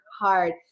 hard